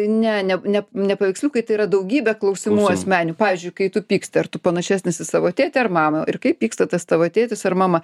ne ne ne ne paveiksliukai tai yra daugybė klausimų asmeniu pavyzdžiui kai tu pyksti ar tu panašesnis į savo tėtį ar mamą ir kaip pyksta tas tavo tėtis ar mama